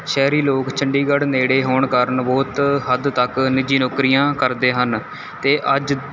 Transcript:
ਸ਼ਹਿਰੀ ਲੋਕ ਚੰਡੀਗੜ੍ਹ ਨੇੜੇ ਹੋਣ ਕਾਰਨ ਬਹੁਤ ਹੱਦ ਤੱਕ ਨਿੱਜੀ ਨੌਕਰੀਆਂ ਕਰਦੇ ਹਨ ਅਤੇ ਅੱਜ